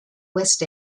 west